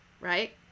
right